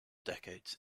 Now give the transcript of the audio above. decades